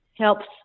helps